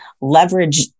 leverage